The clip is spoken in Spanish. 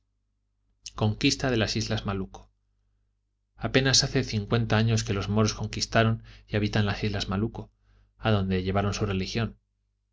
conquista de las islas malucco apenas hace cincuenta años que los moros conquistaron y habitan las islas malucco adonde llevaron su religión